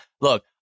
Look